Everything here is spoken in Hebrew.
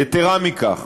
יתרה מכך,